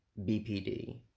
BPD